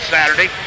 Saturday